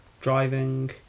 driving